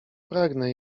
pragnę